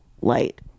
light